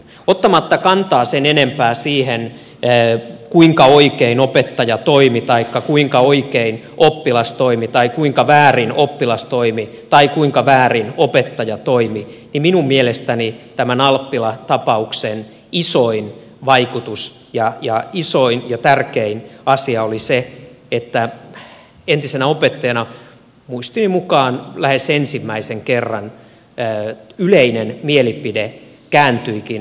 ottamatta kantaa sen enempää siihen kuinka oikein opettaja toimi taikka kuinka oikein oppilas toimi tai kuinka väärin oppilas toimi tai kuinka väärin opettaja toimi minun mielestäni tämän alppila tapauksen isoin vaikutus ja isoin ja tärkein asia oli se että entisenä opettajana muistini mukaan lähes ensimmäisen kerran yleinen mielipide kääntyikin puolustamaan opettajaa